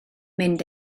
mynd